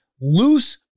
loose